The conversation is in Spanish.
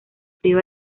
frío